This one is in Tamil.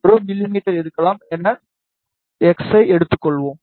1 மிமீ இருக்கலாம் என x ஐ எடுத்துக் கொள்வோம்